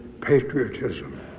patriotism